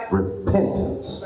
repentance